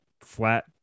flat